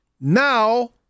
Now